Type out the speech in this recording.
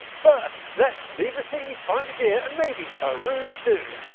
first, let's leave the sea, find a deer and maybe a roo too.